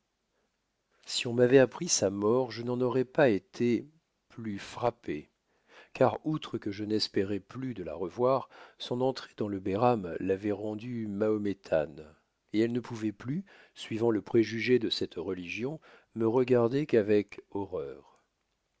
si l'on m'avoit appris sa mort je n'en aurois pas été plus frappé car outre que je n'espérois plus de la revoir son entrée dans le beiram l'avoit rendue mahométane et elle ne pouvoit plus suivant le préjugé de cette religion me regarder qu'avec horreur